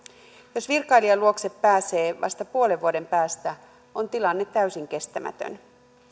jos virkailijan luokse pääsee vasta puolen vuoden päästä on tilanne täysin kestämätön